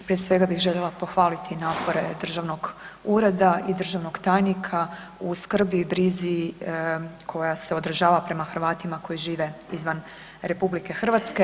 Prije svega bih željela pohvaliti napore državnog ureda i državnog tajnika u skrbi i brizi koja se odražava prema Hrvatima koji žive izvan RH.